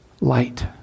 light